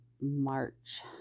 March